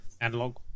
analog